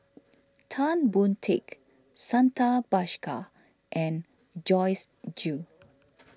Tan Boon Teik Santha Bhaskar and Joyce Jue